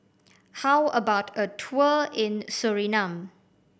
how about a tour in Suriname